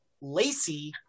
Lacey